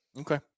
Okay